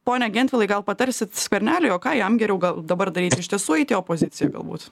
pone gentvilai gal patarsit skverneliui o ką jam geriau gal dabar daryt iš tiesų eit į opoziciją galbūt